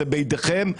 זה בידיכם,